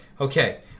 Okay